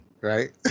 right